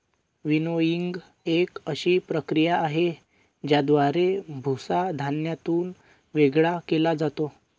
winnowing एक अशी प्रक्रिया आहे, ज्याद्वारे भुसा धान्यातून वेगळा केला जातो